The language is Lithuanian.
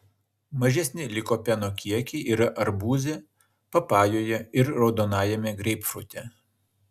mažesni likopeno kiekiai yra arbūze papajoje ir raudonajame greipfrute